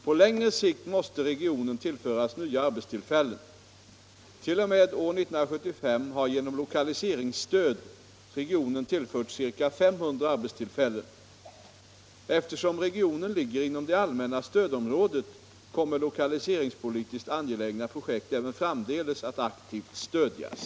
På längre sikt måste regionen tillföras nya arbetstillfällen. T. o. m. år 1975 har genom lokaliseringsstöd regionen tillförts ca 500 arbetstillfällen. Eftersom regionen ligger inom det allmänna stödområdet kommer lokaliseringspolitiskt angelägna projekt även framdeles att aktivt stödjas.